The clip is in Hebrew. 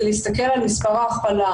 זה להסתכל על מספר ההכפלה.